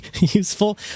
useful